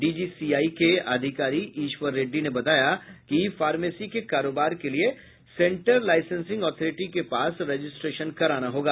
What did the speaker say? DGCI के अधिकारी ईश्वर रेड़डी ने बताया कि ई फॉर्मेसी के कारोबार के लिए सेंटर लाईसेंसिंग ऑर्थिरिटी के पास रजिस्ट्रेशन कराना होगा